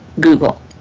Google